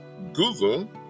Google